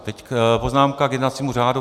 Teď poznámka k jednacímu řádu.